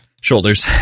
Shoulders